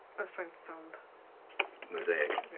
i was trying to sound mosaic.